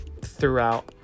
throughout